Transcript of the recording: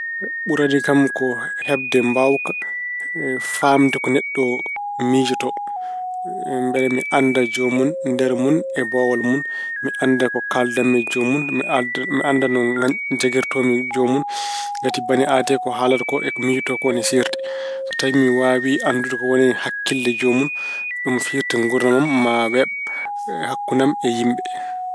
Ɓurani kam ko heɓde mbaawka faamde ko neɗɗo miijoto. Mbele mi annda joomun nder mun e boowal mun. Mi annda ko kaaldan-mi e joomun. Mi ad- mi annda no jakkirtoo-mi joomun. Ngati bani aadee ko haalata ko e ko miijoto ko ina ceerti. Tawi mi waawi anndude ko woni e hakkille joomun. Ɗum firti nguurdam am maa weeɓ, hakkunde am e yimɓe.